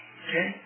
okay